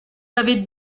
avez